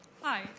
Hi